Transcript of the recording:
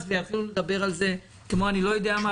ויתחילו לדבר על זה כמו אני-לא-יודע-מה,